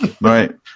right